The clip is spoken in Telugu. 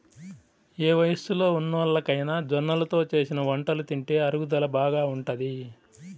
ఏ వయస్సులో ఉన్నోల్లకైనా జొన్నలతో చేసిన వంటలు తింటే అరుగుదల బాగా ఉంటది